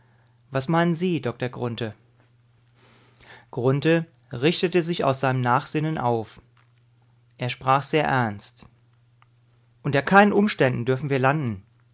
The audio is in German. was meinen sie dr grunthe grunthe richtete sich aus seinem nachsinnen auf er sprach sehr ernst unter keinen umständen dürfen wir landen